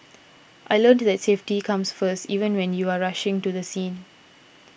I learnt that safety comes first even when you are rushing to the scene